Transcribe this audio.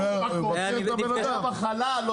אבל